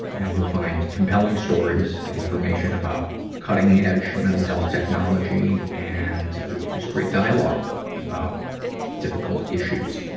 and you'll find compelling stories, information about cutting-edge mental health technology, and just great dialogue about difficult issues.